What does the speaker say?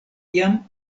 jam